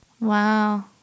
Wow